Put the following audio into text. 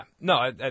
no